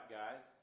guys